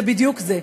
זה בדיוק זה.